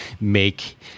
make